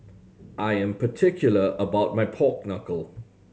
I am particular about my pork knuckle